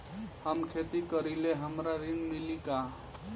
हम खेती करीले हमरा ऋण मिली का?